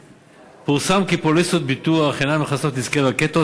פורסם כי פוליסות הביטוח אינן מכסות נזקי רקטות